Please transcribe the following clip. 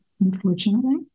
unfortunately